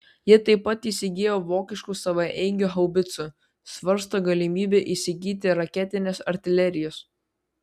ji taip pat įsigijo vokiškų savaeigių haubicų svarsto galimybę įsigyti raketinės artilerijos